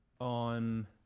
on